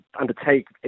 undertake